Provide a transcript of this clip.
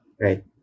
right